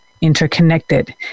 interconnected